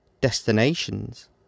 destinations